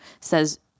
says